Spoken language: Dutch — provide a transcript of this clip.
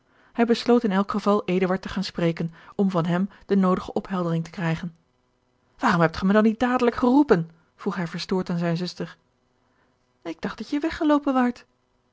hij besloot in elk geval eduard te gaan spreken om van hem de noodige opheldering te krijgen waarom hebt ge mij dan niet dadelijk geroepen vroeg hij verstoord aan zijne zuster george een ongeluksvogel ik dacht dat je weggeloopen waart